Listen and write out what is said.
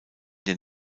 den